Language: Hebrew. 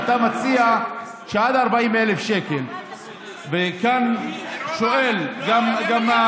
ואתה מציע עד 40,000. וכאן שואל גם,